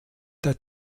der